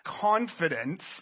confidence